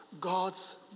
God's